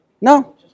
no